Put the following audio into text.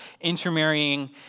intermarrying